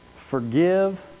Forgive